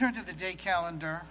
turn to the day calendar